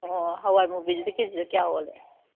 ꯑꯣ ꯍꯋꯥꯏ ꯃꯨꯕꯤꯗꯨꯗꯤ ꯀꯦꯖꯨꯗ ꯀꯌꯥ ꯑꯣꯜꯂꯤ